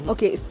Okay